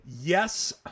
yes